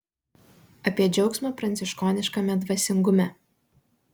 apie džiaugsmą pranciškoniškame dvasingume